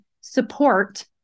support